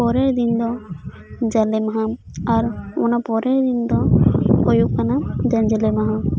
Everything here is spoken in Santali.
ᱯᱚᱨᱮᱨ ᱫᱤᱱ ᱫᱚ ᱡᱟᱞᱮ ᱢᱟᱦᱟ ᱟᱨ ᱚᱱᱟ ᱯᱚᱨᱮᱨ ᱫᱤᱱ ᱫᱚ ᱦᱩᱭᱩᱜ ᱠᱟᱱ ᱡᱟᱡᱞᱮ ᱢᱟᱦᱟ